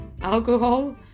alcohol